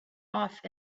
off